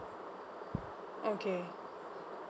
okay